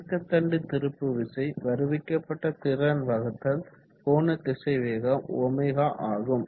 இயக்க தண்டு திருப்பு விசை வருவிக்கப்பட்ட திறன் வகுத்தல் கோணத்திசைவேகம் ω ஆகும்